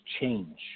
change